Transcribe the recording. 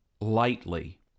lightly